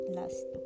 last